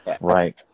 right